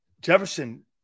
Jefferson